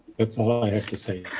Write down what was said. that's all i have to say.